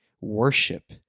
Worship